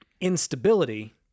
instability